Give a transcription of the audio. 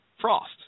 Frost